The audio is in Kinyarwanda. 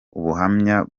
ubuhamya